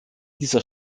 dieser